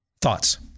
thoughts